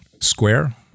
square